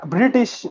British